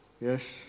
Yes